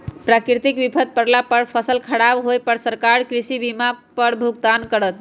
प्राकृतिक विपत परला से फसल खराब होय पर सरकार कृषि बीमा पर भुगतान करत